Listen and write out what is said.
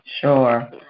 Sure